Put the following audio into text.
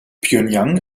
pjöngjang